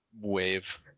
wave